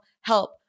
help